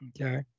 Okay